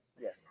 yes